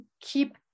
keep